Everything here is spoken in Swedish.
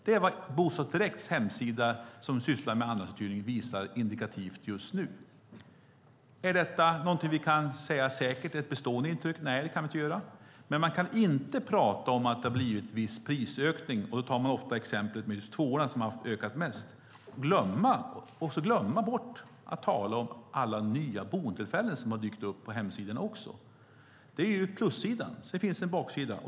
Det är vad Bostad Direkts hemsida, som sysslar med andrahandsuthyrning, visar indikativt just nu. Är detta någonting vi säkert kan säga är ett bestående intryck? Nej, det kan vi inte göra. Men man kan inte prata om att det har blivit en viss prisökning - då tar man ofta exemplet med tvåorna, som ökat mest - och glömma bort att också tala om alla nya boendetillfällen som dykt upp på hemsidorna. Det är plussidan. Sedan finns det en baksida.